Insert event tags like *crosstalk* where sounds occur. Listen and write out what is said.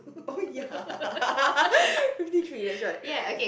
oh ya *laughs* fifty three that's right